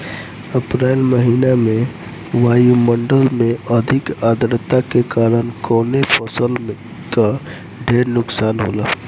अप्रैल महिना में वायु मंडल में अधिक आद्रता के कारण कवने फसल क ढेर नुकसान होला?